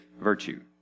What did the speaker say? virtue